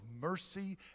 mercy